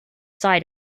side